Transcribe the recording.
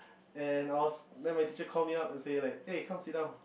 and I was then my teacher called me up like and say like eh come sit down